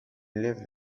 lived